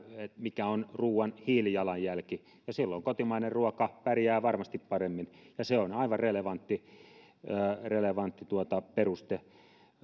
mikä on ruuan hiilijalanjälki ja silloin kotimainen ruoka pärjää varmasti paremmin ja se on aivan relevantti relevantti peruste